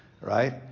right